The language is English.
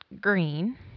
green